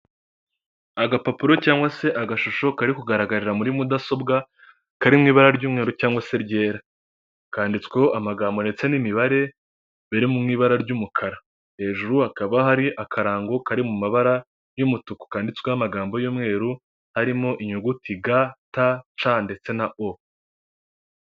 Agapapuro cyangwa se agashusho kari kugaragarira muri mudasobwa kari mu ibara ry'umweru cyangwa se ryera, kanditsweho amagambo ndetse n'imibare biri mu ibara ry'umukara, hejuru hakaba hari akarango kari mu mabara y'umutuku kanditsweho amagambo y'umweru harimo inyuguti ya GTC ndetse na O.